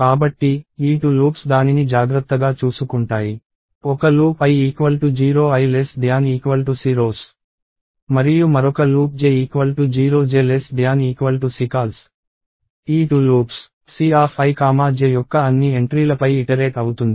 కాబట్టి ఈ 2 లూప్స్ దానిని జాగ్రత్తగా చూసుకుంటాయి ఒక లూప్ i0 icRows మరియు మరొక లూప్ j0 jcCols ఈ 2 లూప్స్ Cij యొక్క అన్ని ఎంట్రీలపై ఇటరేట్ అవుతుంది